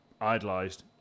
idolised